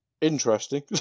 Interesting